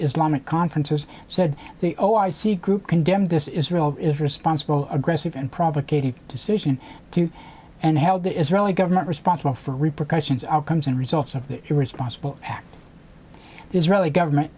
islamic conferences said the oh i see group condemn this israel is responsible aggressive and provocation a decision to and held the israeli government responsible for repercussions outcomes and results of the irresponsible act israeli government